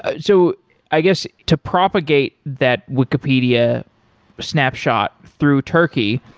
ah so i guess, to propagate that wikipedia snapshot through turkey,